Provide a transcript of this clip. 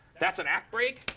that's an act break?